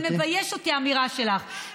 זה מבייש אותי, האמירה שלך.